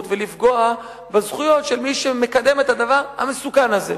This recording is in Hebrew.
ולפגוע בזכויות של מי שמקדם את הדבר המסוכן הזה.